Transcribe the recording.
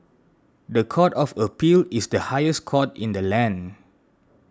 the Court of Appeal is the highest court in the land